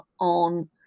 on